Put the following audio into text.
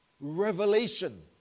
Revelation